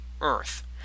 Earth